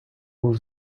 був